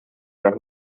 their